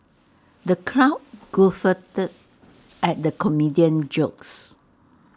the crowd guffawed at the comedian's jokes